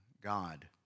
God